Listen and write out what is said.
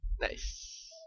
Nice